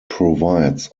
provides